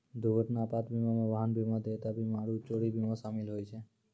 दुर्घटना आपात बीमा मे वाहन बीमा, देयता बीमा आरु चोरी बीमा शामिल होय छै